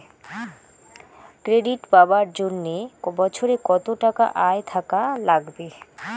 Credit পাবার জন্যে বছরে কত টাকা আয় থাকা লাগবে?